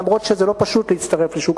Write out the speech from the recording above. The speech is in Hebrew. אף-על-פי שזה לא פשוט להצטרף לשוק